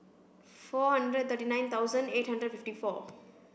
four hundred thirty nine thousand eight hundred fifty four